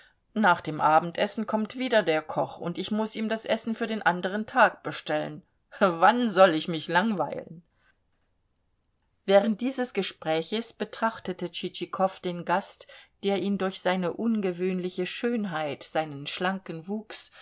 nach dem abendessen kommt wieder der koch und ich muß mit ihm das essen für den anderen tag bestellen wann soll ich mich langweilen während dieses gespräches betrachtete tschitschikow den gast der ihn durch seine ungewöhnliche schönheit seinen schlanken wuchs